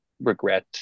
regret